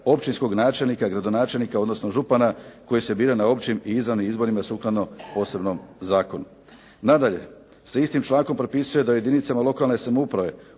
općinskog načelnika, gradonačelnika, odnosno župana koji se biraju na općim i izvanrednim izborima sukladno posebnom zakonu. Nadalje se istim člankom propisuje da u jedinicama lokalne samouprave